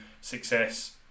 success